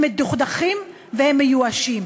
הם מדוכדכים והם מיואשים,